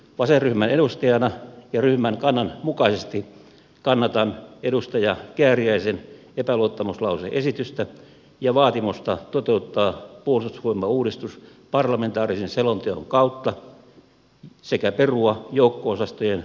vasenryhmän edustajana ja ryhmän kannan mukaisesti kannatan edustaja kääriäisen epäluottamuslause esitystä ja vaatimusta toteuttaa puolustusvoimauudistus parlamentaarisen selonteon kautta sekä perua joukko osastojen lakkautuspäätökset